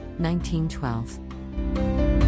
1912